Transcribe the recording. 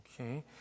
okay